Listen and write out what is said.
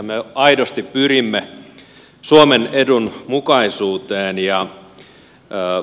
me aidosti pyrimme suomen edun mukaisuuteen